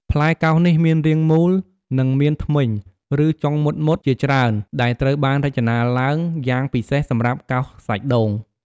ផ្លែកោសនេះមានរាងមូល និងមានធ្មេញ ឬចុងមុតៗជាច្រើនដែលត្រូវបានរចនាឡើងយ៉ាងពិសេសសម្រាប់កោសសាច់ដូង។